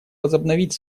возобновить